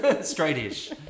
Straight-ish